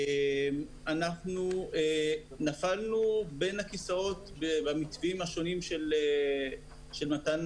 אנחנו נפלנו בין הכיסאות במתווים השונים של מתן